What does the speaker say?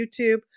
YouTube